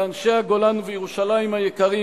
לאנשי הגולן וירושלים היקרים,